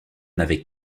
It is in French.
n’avait